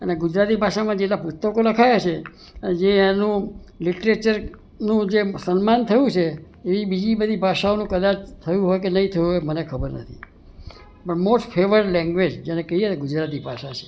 અને ગુજરાતી ભાષામાં જેટલાં પુસ્તકો લખાયા છે ને જે એનું લિટરેચરનું જે સન્માન થયું છે એવી બીજી બધી ભાષાઓનું કદાચ થયું હોય કે નહીં થયું હોય એ મને ખબર નથી મોસ્ટ ફેવર લેંગ્વેજ જેને કહીએ એ ગુજરાતી ભાષા છે